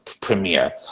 premiere